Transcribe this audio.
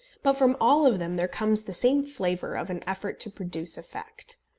but from all of them there comes the same flavour of an effort to produce effect.